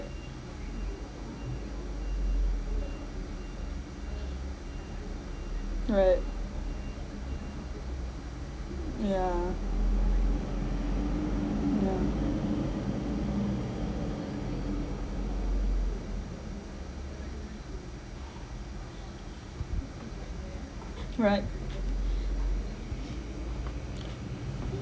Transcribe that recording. right yeah yeah right